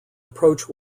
approach